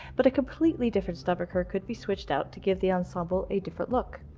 but a completely different stomacher could be switched out to give the ensemble a different look.